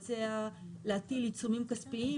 לגבי יצרנים ישראלים שיוכלו לשווק בארץ - גם מספיק תו תקן אירופאי?